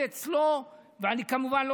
כמובן,